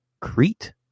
Crete